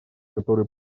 который